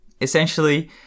essentially